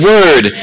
Word